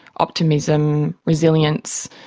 optimism, resilience,